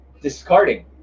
discarding